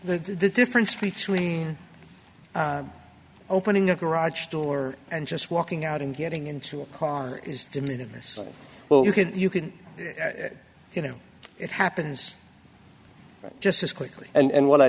the difference between opening a garage door and just walking out and getting into a car is to minimize well you can you can you know it happens just as quickly and what i